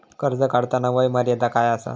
कर्ज काढताना वय मर्यादा काय आसा?